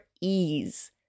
ease